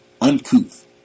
uncouth